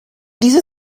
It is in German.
diese